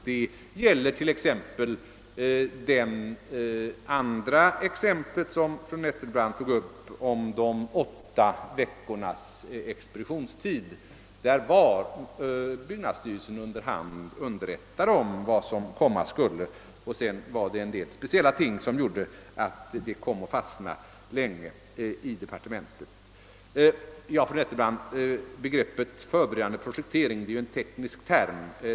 Detta gäller t.ex. det andra fallet fru Nettelbrandt tog upp, nämligen de åtta veckornas expeditionstid; byggnadsstyrelsen var underhand underrättad om vad som komma skulle. Det var en del speciella omständigheter som sedan gjorde att ärendet kom att fastna så länge i departementet. »Förberedande projektering« är en teknisk term.